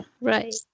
Right